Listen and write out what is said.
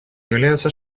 являются